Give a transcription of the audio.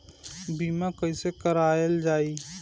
बीमा कैसे कराएल जाइ?